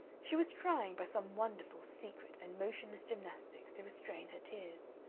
she was trying by some wonderful, secret, and motionless gymnastics to restrain her tears.